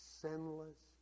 sinless